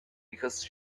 because